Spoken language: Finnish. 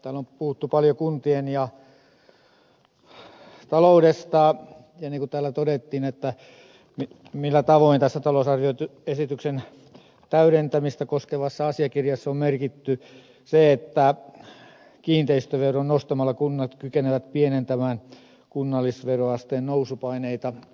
täällä on puhuttu paljon kuntien taloudesta ja niin kuin täällä todettiin millä tavoin tässä talousarvioesityksen täydentämistä koskevassa asiakirjassa on merkitty se että kiinteistöveroa nostamalla kunnat kykenevät pienentämään kunnallisveroasteen nousupaineita